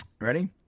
Ready